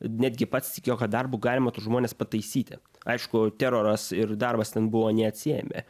netgi pats tikėjo kad darbu galima tuos žmones pataisyti aišku teroras ir darbas ten buvo neatsiejami